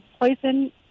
poison